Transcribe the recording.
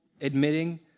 admitting